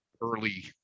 early